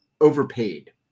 overpaid